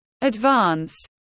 advance